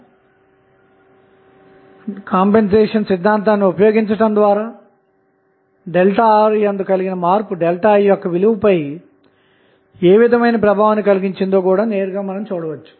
కాబట్టి కంపెన్సేషన్ సిద్ధాంతాన్ని ఉపయోగించటం ద్వారా ΔR నందు కలిగిన మార్పు అన్నది ΔI యొక్క విలువ పై ఎటువంటి ప్రభావాన్ని కలిగించిందో నేరుగా చూడవచ్చు